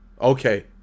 Okay